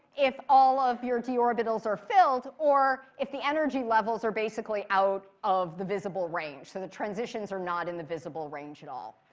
if all of your d orbitals are filled, or if the energy levels are basically out of the visible range. so the transitions are not in the visible range at all.